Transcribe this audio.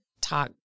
talk